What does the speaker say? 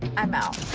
i'm out.